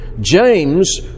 James